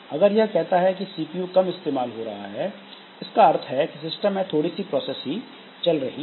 अगर यह कहता है कि सीपीयू कम इस्तेमाल हो रहा है इसका अर्थ है की सिस्टम में थोड़ी सी प्रोसेस ही चल रही है